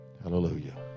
hallelujah